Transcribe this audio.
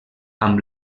amb